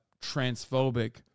transphobic